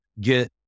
get